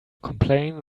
complain